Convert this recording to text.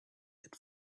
had